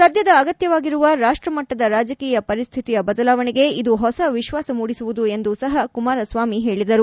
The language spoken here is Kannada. ಸದ್ಯದ ಅಗತ್ತವಾಗಿರುವ ರಾಷ್ಟಮಟ್ಟದ ರಾಜಕೀಯ ಪರಿಸ್ಥಿತಿಯ ಬದಲಾವಣೆಗೆ ಇದು ಹೊಸ ವಿಶ್ವಾಸ ಮೂಡಿಸುವುದು ಎಂದು ಸಹ ಕುಮಾರಸ್ವಾಮಿ ಹೇಳಿದರು